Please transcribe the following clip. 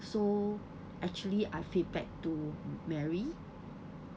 so actually I feedback to marry